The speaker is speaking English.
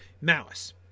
malice